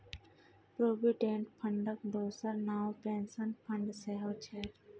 provident फंडक दोसर नाओ पेंशन फंड सेहौ छै